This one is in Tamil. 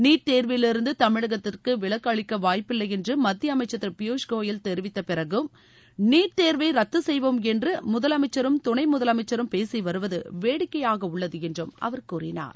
நீட் தேர்விலிருந்து தமிழ்நாட்டிற்கு விலக்கு அளிக்க வாய்ப்பில்லை என்று மத்திய அமைச்சர் திரு பியூஷ் கோயல் தெிவித்த பிறகும் நீட் தேர்வை ரத்து செய்வோம் என்று முதலனமச்சரும் துணை முதலமைச்சரும் பேசி வருவது வேடிக்கையாக உள்ளது என்றும் அவர் கூறினார்